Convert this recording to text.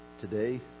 today